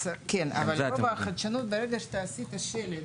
כן, אבל רובע החדשנות, ברגע שתעשה את השלד.